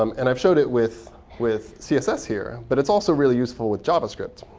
um and i've showed it with with css here. but it's also really useful with javascript.